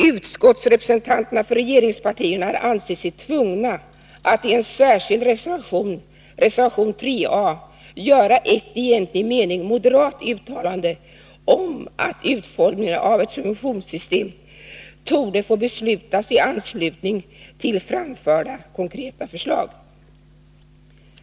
Utskottsrepresentanterna för regeringspartierna har ansett sig tvungna att i en särskild reservation — reservation 3 a — göra ett i egentlig mening moderat uttalande om att utformningen av ett subventionssystem torde få beslutas i anslutning till framförda konkreta förslag.